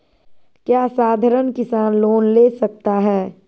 क्या साधरण किसान लोन ले सकता है?